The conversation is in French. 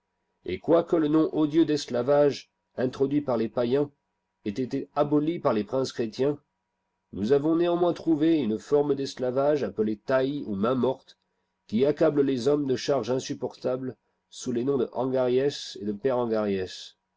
et quoique le nom odieux d'esclavage introduit par les païens ait été aboli par les princes chrétiens nous avons néanmoins trouvé une forme d'esclavage appelée taille ou mainmorte qui accable les hommes de charges insupportables sous les noms de angaries et de